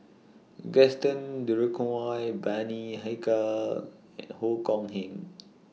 Gaston Dutronquoy Bani Haykal and Ong Keng Yong